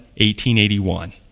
1881